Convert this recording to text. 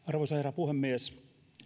arvoisa herra puhemies